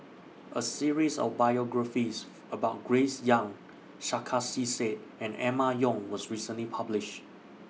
A series of biographies about Grace Young Sarkasi Said and Emma Yong was recently published